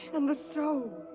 and the soul.